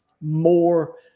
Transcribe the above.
more